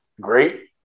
great